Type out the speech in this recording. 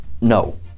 no